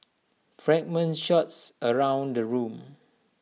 fragments shots around the room